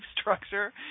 structure